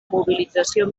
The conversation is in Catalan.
mobilització